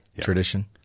tradition